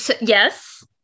yes